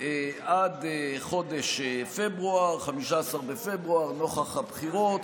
עד חודש פברואר, 15 בפברואר, נוכח הבחירות.